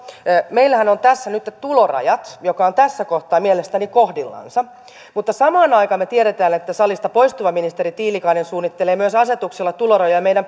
meillähän on tässä tulorajat jotka ovat tässä kohtaa mielestäni kohdillansa mutta samaan aikaan me tiedämme että salista poistuva ministeri tiilikainen suunnittelee myös asetuksilla tulorajoja meidän